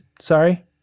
sorry